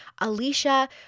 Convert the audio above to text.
Alicia